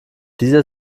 dieser